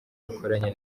bakoranye